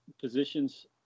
positions